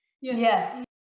Yes